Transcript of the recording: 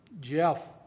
Jeff